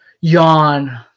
Yawn